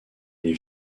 les